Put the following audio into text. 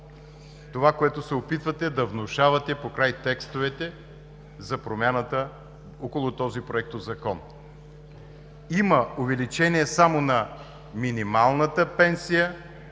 това, което се опитвате да внушавате покрай текстовете за промяната около Проектозакона. Има увеличение само на минималната пенсия